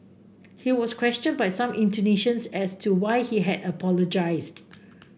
he was questioned by some Indonesians as to why he had apologized